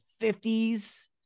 50s